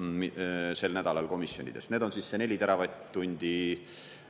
meile sel nädalal komisjonides tutvustas. Need on 4 teravatt-tundi